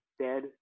dead